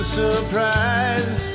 surprise